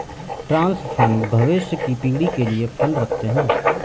trust fund भविष्य की पीढ़ी के लिए फंड रखते हैं